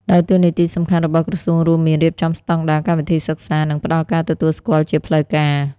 ដោយតួនាទីសំខាន់របស់ក្រសួងរួមមាន រៀបចំស្តង់ដារកម្មវិធីសិក្សា និងផ្តល់ការទទួលស្គាល់ជាផ្លូវការ។